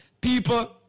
People